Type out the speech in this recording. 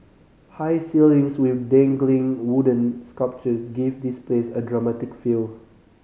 high ceilings with dangling wooden sculptures give this place a dramatic feel